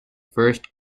first